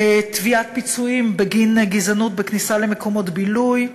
תביעת פיצויים בגין גזענות בכניסה למקומות בילוי,